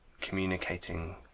communicating